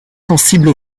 sensibles